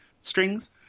strings